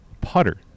putter